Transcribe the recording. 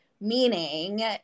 meaning